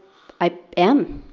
i am.